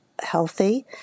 healthy